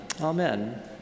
Amen